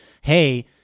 Hey